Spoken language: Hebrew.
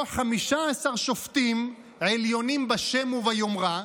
או 15 שופטים עליונים בשם וביומרה,